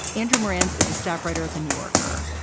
andrew morans is a staff writer at the new yorker.